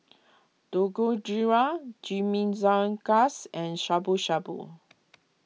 Dangojiru Chimichangas and Shabu Shabu